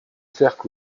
cercle